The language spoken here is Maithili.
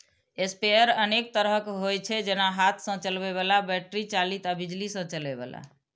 स्प्रेयर अनेक तरहक होइ छै, जेना हाथ सं चलबै बला, बैटरी चालित आ बिजली सं चलै बला